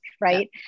Right